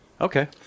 Okay